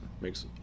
Makes